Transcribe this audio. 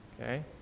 Okay